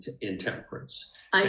intemperance